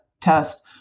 test